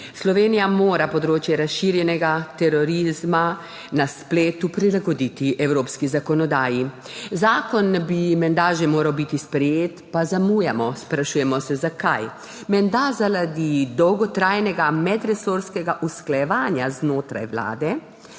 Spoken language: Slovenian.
Slovenija mora področje razširjenega terorizma na spletu prilagoditi evropski zakonodaji. Zakon bi menda že moral biti sprejet, pa zamujamo. Sprašujemo se, zakaj. Menda zaradi dolgotrajnega medresorskega usklajevanja znotraj vlade,